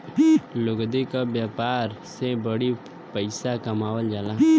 लुगदी क व्यापार से बड़ी पइसा कमावल जाला